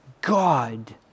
God